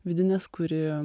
vidinės kuri